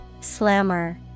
Slammer